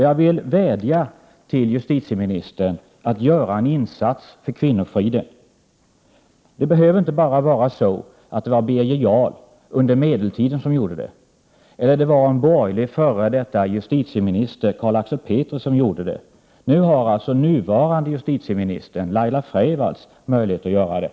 Jag vill vädja till justitieministern att göra en insats för kvinnofriden. Det behöver inte vara så att det bara var Birger Jarl under medeltiden som gjorde det, eller en borgerlig f.d. justitieminister, Carl Axel Petri, som gjorde det, utan nu har nuvarande justitieminister Laila Freivalds också möjlighet att göra det.